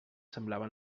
semblaven